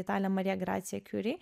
italė marija gracija kiuri